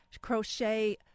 crochet